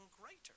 greater